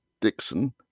Dixon